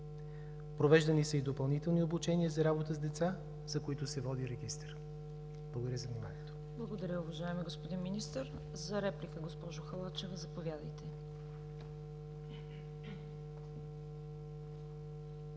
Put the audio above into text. Провеждани са и допълнителни обучения за работа с деца, за които се води регистър. Благодаря за вниманието. ПРЕДСЕДАТЕЛ ЦВЕТА КАРАЯНЧЕВА: Благодаря, уважаеми господин Министър. За реплика – госпожо Халачева, заповядайте.